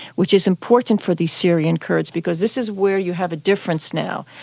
which is important for the syrian kurds because this is where you have a difference now.